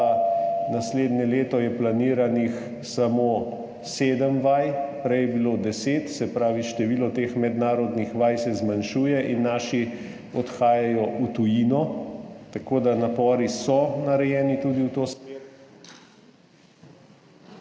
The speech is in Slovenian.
naslednje leto planiranih samo sedem vaj, prej jih je bilo deset, se pravi število teh mednarodnih vaj se zmanjšuje in naši odhajajo v tujino, tako da so napori narejeni tudi v to smer.